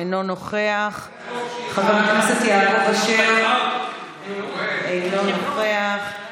אינו נוכח, חבר הכנסת יעקב אשר, אינו נוכח,